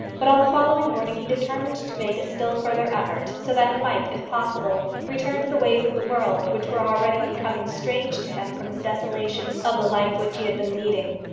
but on the following morning he determined to make a still further effort, so that he might, if possible, return to the ways of the world, which were already becoming strange to him from the desolation of the life which he had been leading.